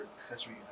accessory